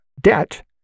debt